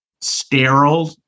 sterile